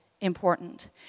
important